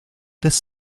this